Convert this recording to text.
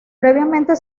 previamente